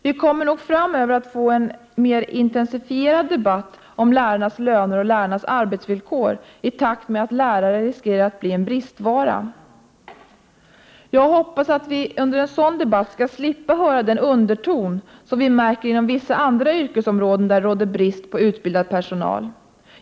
Vi kommer nog framöver att få en mer intensifierad debatt om lärarnas löner och arbetsvillkor i takt med att lärare riskerar att bli en bristvara. Jag hoppas att vi i en sådan debatt skall slippa höra den underton som vi märker inom vissa andra yrkesområden där det råder brist på utbildad personal.